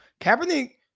Kaepernick